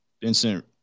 Vincent